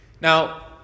Now